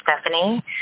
Stephanie